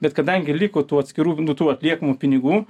bet kadangi liko tų atskirų nu tų atliekamų pinigų